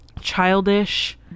childish